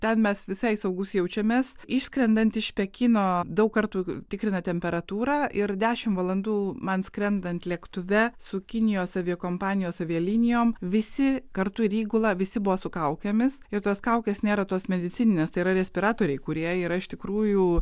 ten mes visai saugūs jaučiamės išskrendant iš pekino daug kartų tikrina temperatūrą ir dešim valandų man skrendant lėktuve su kinijos aviakompanijos avialinijom visi kartu ir įgula visi buvo su kaukėmis ir tos kaukės nėra tos medicininės tai yra respiratoriai kurie yra iš tikrųjų